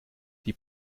die